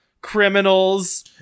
criminals